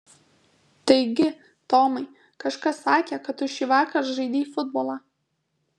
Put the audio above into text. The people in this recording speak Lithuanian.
taigi tomai kažkas sakė kad tu šįvakar žaidei futbolą